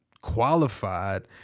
qualified